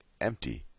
empty